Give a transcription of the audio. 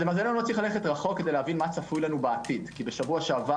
ללכת רחוק כדי להבין מה צפוי לנו בעתיד כי בשבוע שעבר